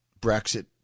Brexit